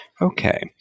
Okay